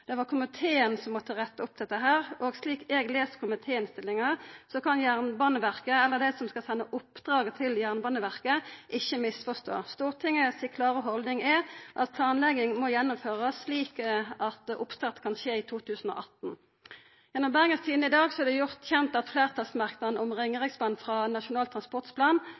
Det var komiteen som måtte retta opp dette, og slik eg les komitéinnstillinga, kan Jernbaneverket – eller dei som skal senda oppdraget til Jernbaneverket– ikkje misforstå. Stortinget si klare haldning er at planlegging må gjennomførast slik at oppstart kan skje i 2018. Gjennom Bergens Tidende i dag er det gjort kjent at fleirtalsmerknaden om Ringeriksbanen i samband med Nasjonal transportplan